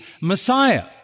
Messiah